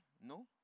No